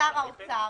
שר האוצר,